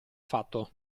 fatto